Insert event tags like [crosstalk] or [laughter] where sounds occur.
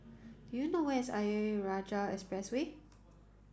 do you know where is Ayer [unintelligible] Rajah Expressway